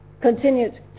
continued